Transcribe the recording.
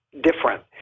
different